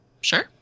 Sure